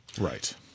Right